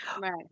Right